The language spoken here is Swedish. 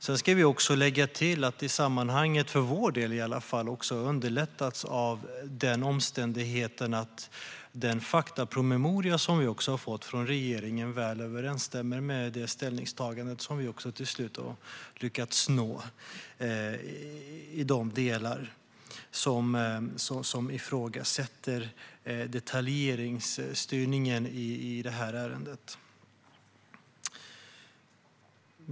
Sedan ska vi också lägga till att det, för vår del i alla fall, har underlättats av omständigheten att den faktapromemoria som vi har fått från regeringen väl överensstämmer med det ställningstagande som vi till slut har lyckats nå i de delar som ifrågasätter detaljstyrningen i det här ärendet.